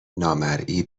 نامرئی